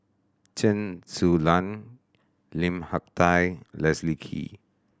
Chen Su Lan Lim Hak Tai Leslie Kee